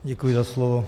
Děkuji za slovo.